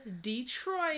Detroit